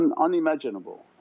unimaginable